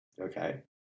Okay